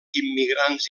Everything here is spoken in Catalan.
immigrants